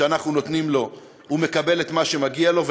שאנחנו נותנים לו הוא מקבל את מה שמגיע לו.